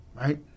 right